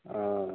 ہاں